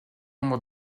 nombre